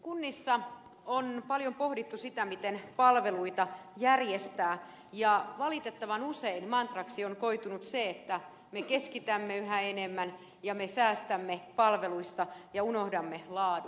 kunnissa on paljon pohdittu sitä miten palveluita järjestää ja valitettavan usein mantraksi on koitunut se että me keskitämme yhä enemmän ja me säästämme palveluista ja unohdamme laadun